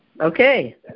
Okay